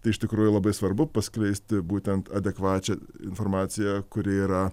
tai iš tikrųjų labai svarbu paskleisti būtent adekvačią informaciją kuri yra